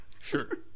Sure